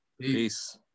Peace